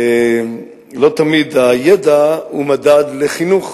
לא תמיד הידע הוא מדד לחינוך.